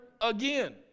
again